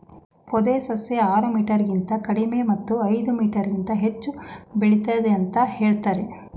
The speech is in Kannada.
ಪೊದೆ ಸಸ್ಯ ಆರು ಮೀಟರ್ಗಿಂತ ಕಡಿಮೆ ಮತ್ತು ಐದು ಮೀಟರ್ಗಿಂತ ಹೆಚ್ಚು ಬೆಳಿತದೆ ಅಂತ ಹೇಳ್ತರೆ